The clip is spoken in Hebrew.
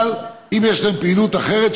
אבל אם יש להם פעילות אחרת,